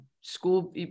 school